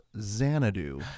Xanadu